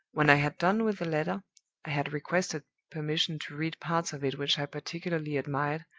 when i had done with the letter i had requested permission to read parts of it which i particularly admired,